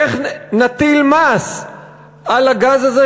איך נטיל מס על הגז הזה,